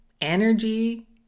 energy